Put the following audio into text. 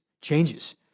Changes